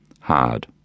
hard